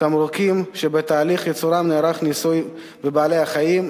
תמרוקים שבתהליך ייצורם נערך ניסוי בבעלי-חיים,